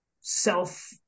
self